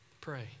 Pray